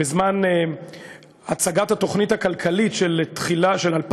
בזמן הצגת התוכנית הכלכלית של 2003,